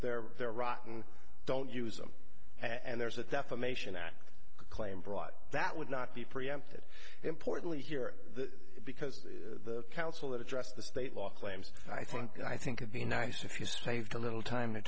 there they're rotten don't use them and there's a defamation at claim brought that would not be preempted importantly here because the council that address the state law claims i think and i think you'd be nice if you saved a little time